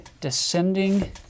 descending